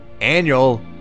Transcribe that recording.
annual